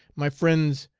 my friends,